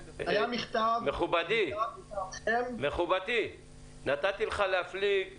מכובדי, נתתי לך להפליג בנחת,